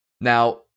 Now